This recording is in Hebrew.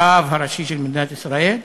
הרב הראשי של מדינת ישראל,